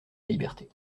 liberté